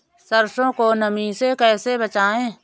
सरसो को नमी से कैसे बचाएं?